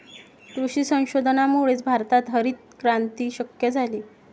कृषी संशोधनामुळेच भारतात हरितक्रांती शक्य झाली